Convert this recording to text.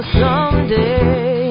someday